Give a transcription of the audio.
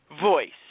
voice